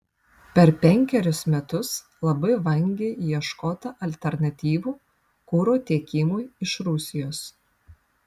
per penkerius metus labai vangiai ieškota alternatyvų kuro tiekimui iš rusijos